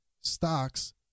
stocks